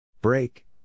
Break